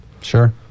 Sure